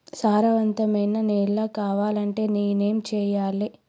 సారవంతమైన నేల కావాలంటే నేను ఏం చెయ్యాలే?